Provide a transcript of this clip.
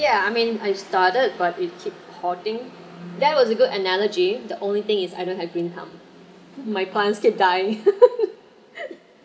yeah I mean I've started but it keep hoarding that was a good analogy the only thing is I don't have green thumb my plants still die